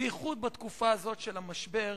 בייחוד בתקופה הזאת של המשבר,